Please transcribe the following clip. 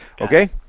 okay